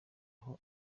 aho